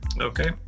Okay